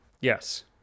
Yes